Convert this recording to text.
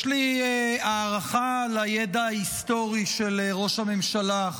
יש לי הערכה לידע ההיסטורי של ראש הממשלה,